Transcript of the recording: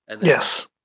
Yes